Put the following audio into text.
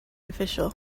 official